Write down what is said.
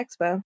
Expo